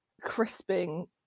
crisping